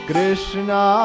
Krishna